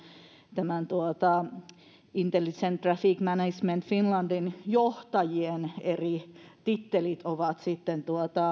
tämän intelligent traffic management finlandin johtajien eri tittelit ovat sitten